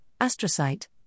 astrocyte